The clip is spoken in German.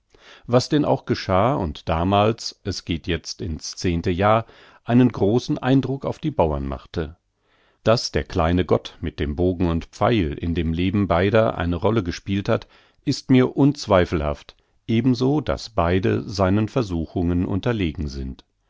was denn auch geschah und damals es geht jetzt ins zehnte jahr einen großen eindruck auf die bauern machte daß der kleine gott mit dem bogen und pfeil in dem leben beider eine rolle gespielt hat ist mir unzweifelhaft ebenso daß beide seinen versuchungen unterlegen sind